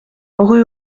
rue